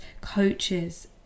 coaches